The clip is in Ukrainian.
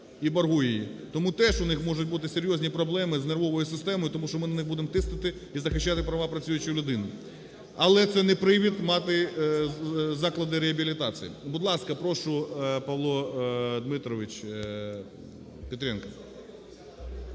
і боргує її. Тому теж у них можуть бути серйозні проблеми з нервовою системою, тому що ми на них будемо тиснути і захищати права працюючої людини. Але це не привід мати заклади реабілітації. Будь ласка, прошу, Павло Дмитрович Петренко.